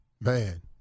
man